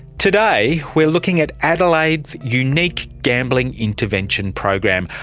today we are looking at adelaide's unique gambling intervention program,